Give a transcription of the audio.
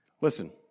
Listen